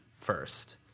first